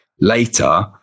later